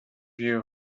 you